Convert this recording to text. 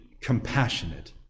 compassionate